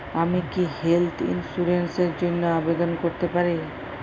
আমি কি health insurance র জন্য আবেদন করতে পারি?